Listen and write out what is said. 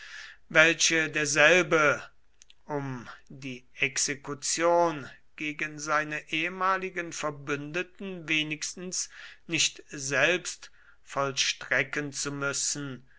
welche derselbe um die exekution gegen seine ehemaligen verbündeten wenigstens nicht selbst vollstrecken zu müssen